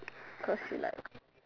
because he like